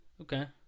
Okay